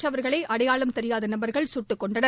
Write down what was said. மற்றவர்களைஅடையாளம் தெரியாதநபர்கள் சுட்டுக் கொன்றனர்